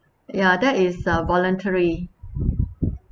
ya that is uh voluntary